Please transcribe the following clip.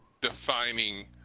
defining